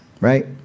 right